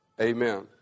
Amen